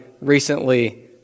recently